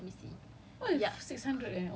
I think ten people each let me see